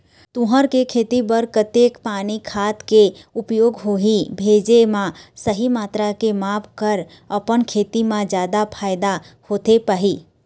तुंहर के खेती बर कतेक पानी खाद के उपयोग होही भेजे मा सही मात्रा के माप कर अपन खेती मा जादा फायदा होथे पाही?